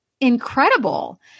incredible